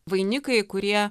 vainikai kurie